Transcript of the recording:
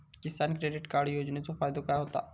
किसान credit card योजनेचो फायदो काय होता?